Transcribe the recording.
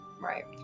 right